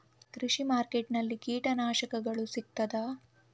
ಕೃಷಿಮಾರ್ಕೆಟ್ ನಲ್ಲಿ ಕೀಟನಾಶಕಗಳು ಸಿಗ್ತದಾ?